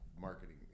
marketing